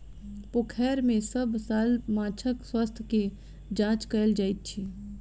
पोखैर में सभ साल माँछक स्वास्थ्य के जांच कएल जाइत अछि